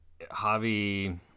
Javi